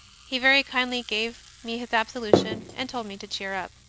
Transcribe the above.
he very kindly gave me his absolution and told me to cheer up.